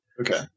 Okay